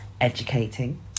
educating